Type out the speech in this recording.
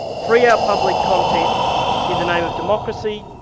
free our public content in the name of democracy,